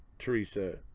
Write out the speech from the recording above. teresa